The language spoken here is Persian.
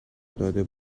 داده